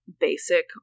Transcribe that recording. basic